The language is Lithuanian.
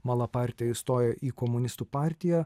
malaparti įstoja į komunistų partiją